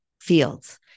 fields